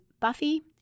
Buffy